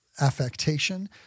affectation